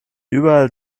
überall